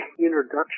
introduction